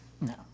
No